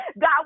God